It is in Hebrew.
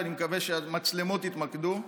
ואני מקווה שהמצלמות יתמקדו,